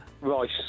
Rice